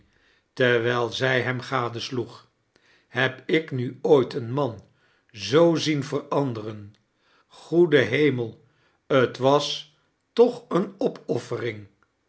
terwijl zij hem gadesloeg heb ik nu ooit een man zoo zien veranderen goqde hemel t was toch een opoffering